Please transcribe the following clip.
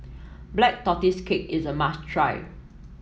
Black Tortoise Cake is a must try